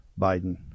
Biden